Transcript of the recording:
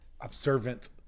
Observant